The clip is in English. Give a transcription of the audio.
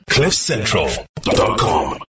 Cliffcentral.com